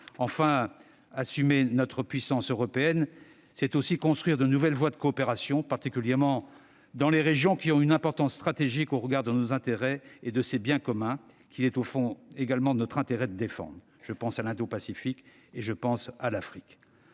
Assumer notre puissance européenne, c'est aussi construire de nouvelles voies de coopération, particulièrement dans les régions qui ont une importance stratégique au regard de nos intérêts et de ces biens communs qu'il est, au fond, également de notre intérêt de défendre. Je pense notamment à l'Indo-Pacifique et à l'Afrique.